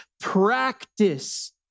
practice